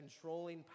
controlling